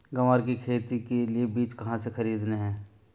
ग्वार की खेती के लिए बीज कहाँ से खरीदने हैं?